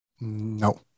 No